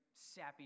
sappy